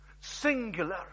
Singular